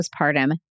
postpartum